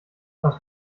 aus